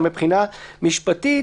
אבל משפטית,